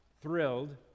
thrilled